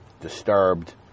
disturbed